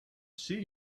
see